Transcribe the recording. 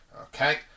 Okay